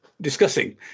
Discussing